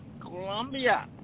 Colombia